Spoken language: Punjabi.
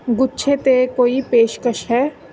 ਗੁੱਛੇ 'ਤੇ ਕੋਈ ਪੇਸ਼ਕਸ਼ ਹੈ